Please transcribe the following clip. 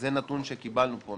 זה נתון שקיבלנו פה.